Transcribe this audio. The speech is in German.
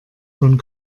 von